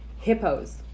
Hippos